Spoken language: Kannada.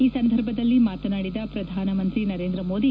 ಈ ಸಂದರ್ಭದಲ್ಲಿ ಮಾತನಾಡಿದ ಪ್ರಧಾನಮಂತ್ರಿ ನರೇಂದ್ರ ಮೋದಿ